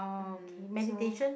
um so